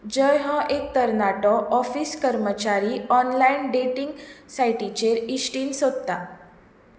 जय हो एक तरणाटो ऑफिस कर्मचारी ऑनलायन डेटिंग सायटींचेर इश्टीण सोदता